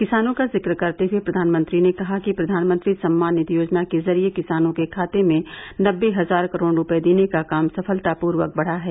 किसानों का जिक्र करते हए प्रधानमंत्री ने कहा कि प्रधानमंत्री सम्मान निधि योजना के ज़रिये किसानों के खाते में नबे हज़ार करोड़ रुपये देने का काम सफलतापूर्वक बढ़ा है